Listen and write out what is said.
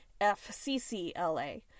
FCCLA